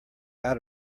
out